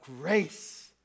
grace